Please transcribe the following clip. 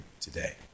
today